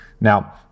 Now